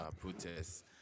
protests